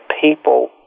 people